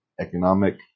economic